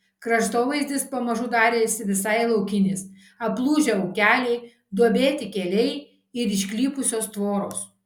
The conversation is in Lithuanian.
kraštovaizdis pamažu darėsi visai laukinis aplūžę ūkeliai duobėti keliai ir išklypusios tvoros